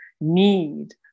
need